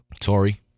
Tory